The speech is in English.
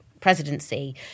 presidency